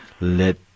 let